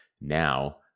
now